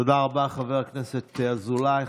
תודה רבה, חבר הכנסת אזולאי.